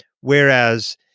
Whereas